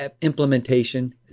implementation